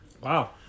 wow